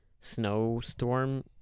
snowstorm